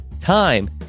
Time